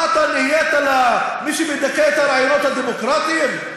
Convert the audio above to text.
מה, אתה נהיית מי שמדכא את הרעיונות הדמוקרטיים?